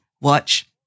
watch